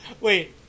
Wait